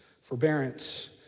forbearance